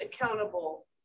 accountable